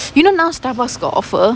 you know now Starbucks got offer